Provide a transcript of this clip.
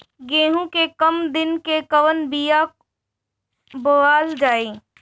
गेहूं के कम दिन के कवन बीआ बोअल जाई?